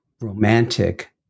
romantic